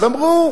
אז אמרו,